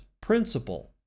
principle